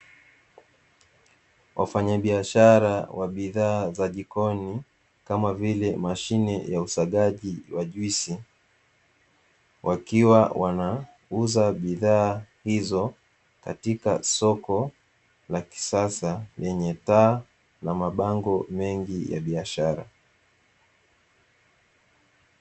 Wafanyabiashara wa bidhaa za jikoni, kama vile mashine ya usagaji wa juisi, wakiwa wanauza bidhaa hizo katika soko la kisasa, lenye taa na mabango mengi ya biashara.